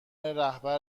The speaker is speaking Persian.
رهبر